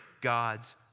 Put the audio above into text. God's